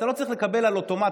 אתה לא צריך לקבל על אוטומט,